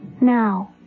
now